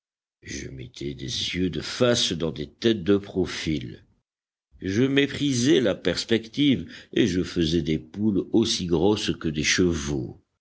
je mettais des yeux de face dans des têtes de profil je méprisais la perspective et je faisais des poules aussi grosses que des chevaux